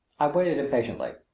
i waited impatiently.